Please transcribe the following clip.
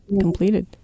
completed